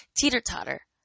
teeter-totter